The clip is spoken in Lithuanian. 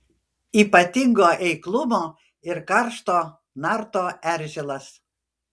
ypatingo eiklumo ir karšto narto eržilas